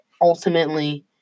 ultimately